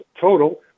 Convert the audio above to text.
total